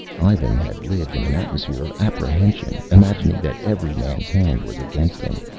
ivan had lived in an atmosphere of apprehension, imagining that every man's hand was against him.